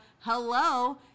hello